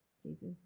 Jesus